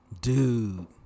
Dude